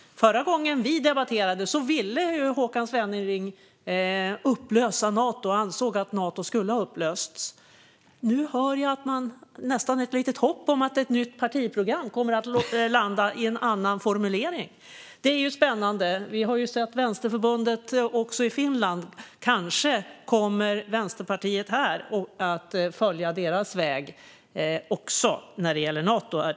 Förra gången vi debatterade ville Håkan Svenneling upplösa Nato och ansåg att Nato skulle ha upplösts. Det jag hör nu inger nästan ett litet hopp om att ett nytt partiprogram kommer att landa i en annan formulering. Det är spännande! Vi har sett hur Vänsterförbundet i Finland har gjort. Kanske, herr talman, kommer Vänsterpartiet här att följa deras väg också när det gäller Nato.